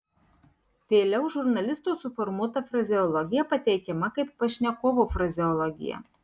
vėliau žurnalisto suformuota frazeologija pateikiama kaip pašnekovo frazeologija